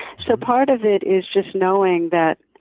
so part of it is just knowing that,